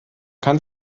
kann